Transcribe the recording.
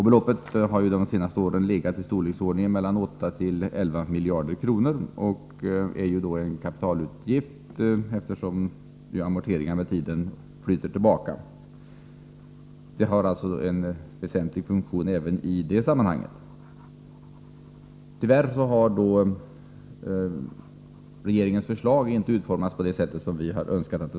Beloppet har det senaste åren legat i storleksordningen 8-11 miljarder kronor och innebär en kapitalutgift, eftersom amorteringarna med tiden flyter tillbaka. Det har alltså en väsentlig funktion även i det sammanhanget. Tyvärr har regeringens förslag inte utformats på det sätt som vi hade önskat.